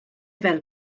fel